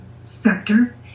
sector